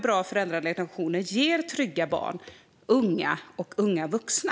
Bra föräldrarelationer ger trygga barn, unga och unga vuxna.